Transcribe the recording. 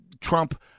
Trump